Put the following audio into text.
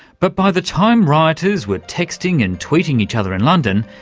but by the time rioters were texting and tweeting each other in london,